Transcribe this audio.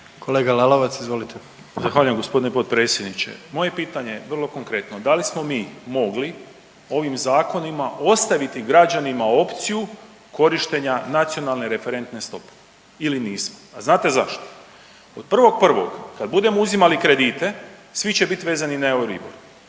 **Lalovac, Boris (SDP)** Zahvaljujem gospodine potpredsjedniče. Moje pitanje je vrlo konkretno. Da li smo mi mogli ovim zakonima ostaviti građanima opciju korištenja nacionalne referentne stope ili nismo, ali znate zašto? Od 1.1. kad budemo uzimali kredite svi će biti vezani na Euribor,